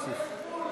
יש גבול.